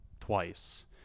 twice